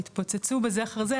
התפוצצו בזה אחר זה,